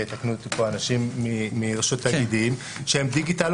ויתקנו אותי פה אנשים מרשות התאגידים שהם רק דיגיטל,